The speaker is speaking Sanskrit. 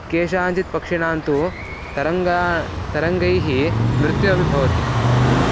केषाञ्चित् पक्षिणान्तु तरङ्गाः तरङ्गैः मृत्युः अपि भवति